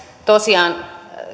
tosiaan